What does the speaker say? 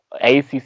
ACC